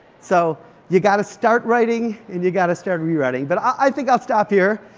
so you've got to start writing and you've got to start re-writing. but i think i'll stop here.